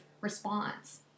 response